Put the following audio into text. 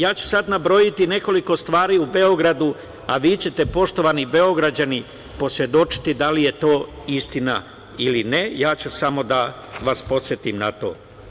Ja ću sad nabrojati nekoliko stvari u Beogradu, a vi ćete, poštovani Beograđani, posvedočiti da li je to istina ili ne, ja ću samo da vas podsetim na to.